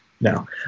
No